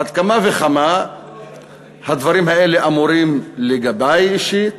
עד כמה וכמה הדברים האלה אמורים לגבי אישית,